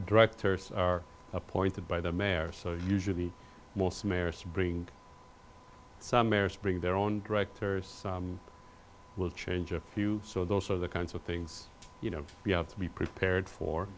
directors are appointed by the mayor so usually most mayors bring some mayors bring their own directors will change a few so those are the kinds of things you know we have to be prepared for